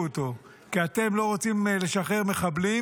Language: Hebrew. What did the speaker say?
אותו כי אתם לא רוצים לשחרר מחבלים,